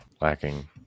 lacking